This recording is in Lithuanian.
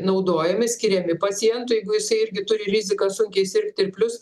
naudojami skiriami pacientui jeigu jisai irgi turi riziką sunkiai sirgti ir plius